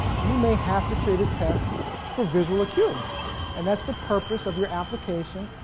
you may have to create a test for visual acuity and that's the purpose of your application.